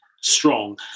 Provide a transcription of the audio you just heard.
strong